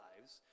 lives